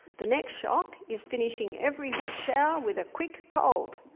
the next shock is finishing every hot shower with a quick cold.